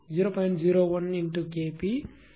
01SKP1STp0